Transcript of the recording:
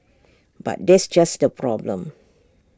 but that's just the problem